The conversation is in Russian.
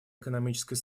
экономической